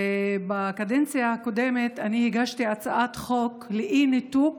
בקדנציה הקודמת אני הגשתי הצעת חוק לאי-ניתוק